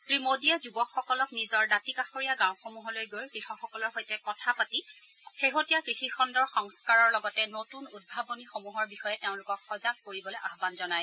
শ্ৰীমোদীয়ে যুৱকসকলক নিজৰ দাঁতি কাষৰীয়া গাঁওসমূহলৈ গৈ কৃষকসকলৰ সৈতে কথা পাতি শেহতীয়া কৃষিখণ্ডৰ সংস্কাৰৰ লগতে নতুন উদ্ভাৱনীসমূহৰ বিষয়ে তেওঁলোকক সজাগ কৰিবলৈ আহ্বান জনায়